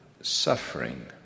suffering